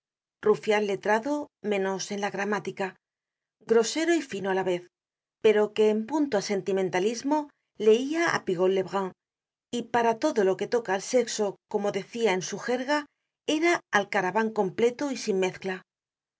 rufian letrado menos en la gramática grosero y fino á la vez pero que en punto á sentimentalismo leia ápigault lebrun y para todo lo que toca al sexo como decia en su jerga era alcaravan completo y sin mezcla su